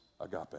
agape